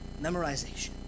memorization